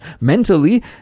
mentally